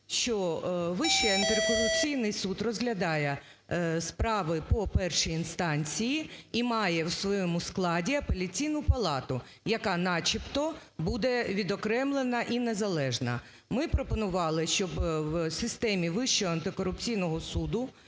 що Вищий антикорупційний суд розглядає справи по першій інстанції і має в своєму складі апеляційну палату, яка начебто буде відокремлена і незалежна. Ми пропонували, щоб в системі Вищого антикорупційного суду